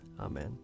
Amen